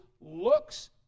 looks